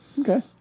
Okay